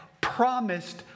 promised